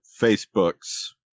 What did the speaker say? facebook's